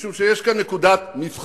משום שיש כאן נקודת מבחן.